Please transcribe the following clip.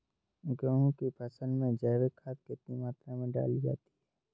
गेहूँ की फसल में जैविक खाद कितनी मात्रा में डाली जाती है?